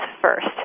first